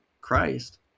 Christ